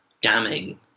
Damning